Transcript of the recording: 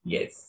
Yes